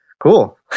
Cool